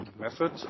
method